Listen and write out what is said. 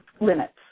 limits